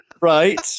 Right